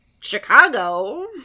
Chicago